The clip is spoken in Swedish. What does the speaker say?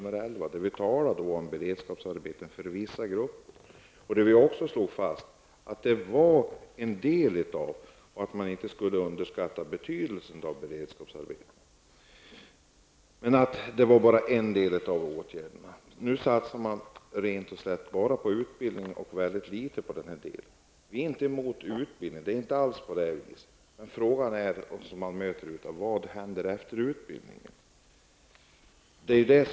I det betänkandet talas det om beredskapsarbeten för vissa grupper. Riksdagen slog fast att man inte skulle underskatta betydelsen av beredskapsarbete. Nu satsas rätt och slätt på utbildning och mycket litet på övriga delen. Vi är inte emot utbildning. Men frågan är vad som händer efter utbildningen.